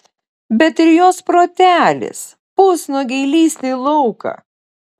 bet ir jos protelis pusnuogei lįsti į lauką